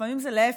לפעמים זה להפך.